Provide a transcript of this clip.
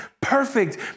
perfect